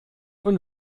und